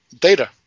data